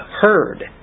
heard